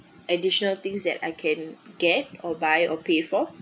additional things that I can get or buy or pay for